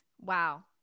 Wow